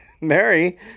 mary